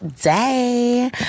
day